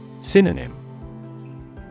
Synonym